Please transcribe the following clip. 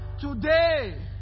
Today